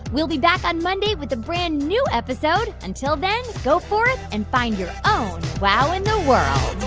we'll be back on monday with a brand new episode. until then, go forth, and find your own wow in the world